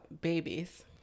babies